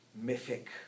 mythic